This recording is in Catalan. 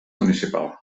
municipal